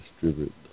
distribute